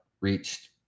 reached